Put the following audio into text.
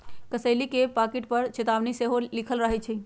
कसेली के पाकिट पर चेतावनी सेहो लिखल रहइ छै